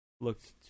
Looked